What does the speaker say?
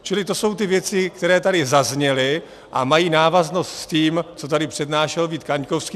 Čili to jsou ty věci, které tady zazněly a mají návaznost s tím, co tady přednášel Vít Kaňkovský.